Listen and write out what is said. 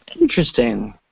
Interesting